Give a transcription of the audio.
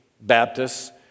Baptists